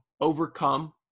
overcome